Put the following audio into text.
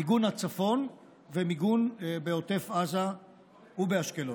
מיגון הצפון ומיגון בעוטף עזה ובאשקלון,